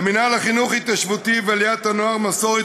למינהל לחינוך התיישבותי ועליית הנוער מסורת